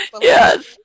Yes